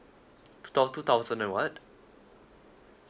two thou~ two thousand and what